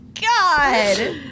God